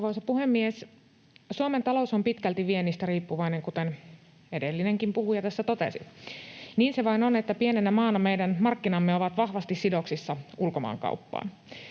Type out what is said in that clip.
Arvoisa puhemies! Suomen talous on pitkälti viennistä riippuvainen, kuten edellinenkin puhuja totesi. Niin se vain on, että pienenä maana meidän markkinamme ovat vahvasti sidoksissa ulkomaankauppaan.